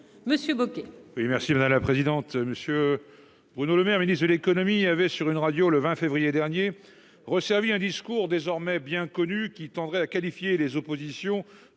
Monsieur Bocquet.